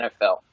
NFL